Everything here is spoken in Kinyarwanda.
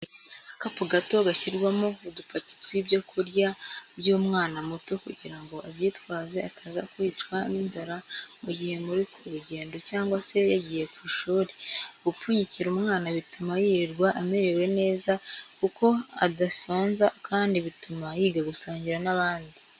Agakapu gato gashyirwa udupaki tw'ibyo kurya by'umwana muto kugira ngo abyitwaze ataza kwicwa n'inzara mu gihe muri ku rugendo cyangwa se yagiye ku ishuri, gupfunyikira umwana bituma yirirwa amerewe neza kuko adasonza kandi bituma yiga gusangira n'abandi.